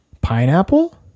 Pineapple